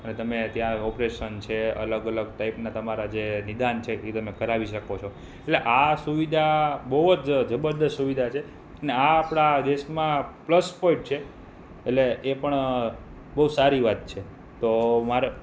અને તમે ત્યાં ઓપરેશન છે અલગ અલગ ટાઈના તમારા જે નિદાન છે એ તમે કરાવી શકો છો એટલે આ સુવિધા બહુ જ જબરદસ્ત સુવિધા છે અને આ આપણા દેશમાં પ્લસ પોઈન્ટ છે એટલે એ પણ બહુ સારી વાત છે તો માર